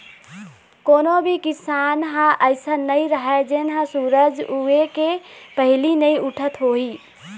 कोनो भी किसनहा ह अइसन नइ राहय जेन ह सूरज उए के पहिली नइ उठत होही